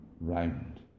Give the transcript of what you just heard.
round